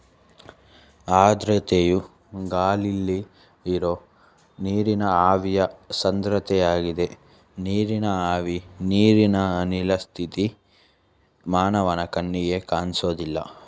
ಆರ್ದ್ರತೆಯು ಗಾಳಿಲಿ ಇರೋ ನೀರಿನ ಆವಿಯ ಸಾಂದ್ರತೆಯಾಗಿದೆ ನೀರಿನ ಆವಿ ನೀರಿನ ಅನಿಲ ಸ್ಥಿತಿ ಮಾನವನ ಕಣ್ಣಿಗೆ ಕಾಣ್ಸೋದಿಲ್ಲ